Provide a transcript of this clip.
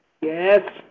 Yes